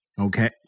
Okay